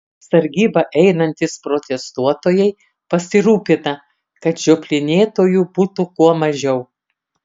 sargybą einantys protestuotojai pasirūpina kad žioplinėtojų būtų kuo mažiau